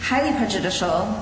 highly prejudicial